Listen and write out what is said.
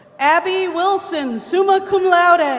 abby wilson, summa cum laude. and